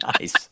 Nice